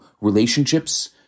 relationships